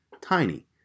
Tiny